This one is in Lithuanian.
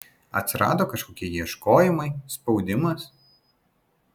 atsirado kažkokie ieškojimai spaudimas